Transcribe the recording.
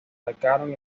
atacaron